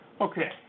Okay